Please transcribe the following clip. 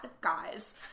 guys